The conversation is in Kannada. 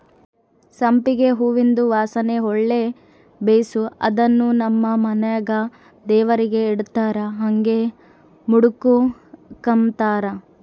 ಸಂಪಿಗೆ ಹೂವಿಂದು ವಾಸನೆ ಒಳ್ಳೆ ಬೇಸು ಅದುನ್ನು ನಮ್ ಮನೆಗ ದೇವರಿಗೆ ಇಡತ್ತಾರ ಹಂಗೆ ಮುಡುಕಂಬತಾರ